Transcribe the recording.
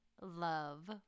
love